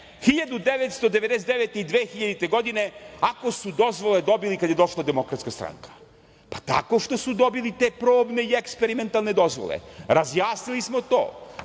godine i 2000. godine ako su dozvole dobili kada je došla DS? Pa, tako što su dobili te probne i eksperimentalne dozvole, razjasnili smo to.